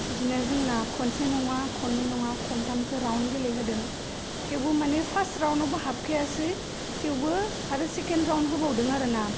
बिदिनो जोंना खनसे नङा खननै नङा खन्थामसो राउन्ड गेलेहोदों थेवबो माने फार्स्ट राउन्डआवबो हाबखायासै थेवबो आरो सेकेण्ड राउन्ड होबावदों आरोना